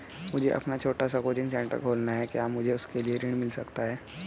मुझे अपना छोटा सा कोचिंग सेंटर खोलना है क्या मुझे उसके लिए ऋण मिल सकता है?